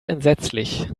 entsetzlich